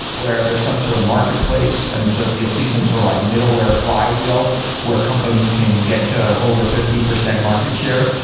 where there are some sort of marketplace. and so you'll see some sort of like middleware flywheel where companies can get to over fifty percent market share.